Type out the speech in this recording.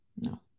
no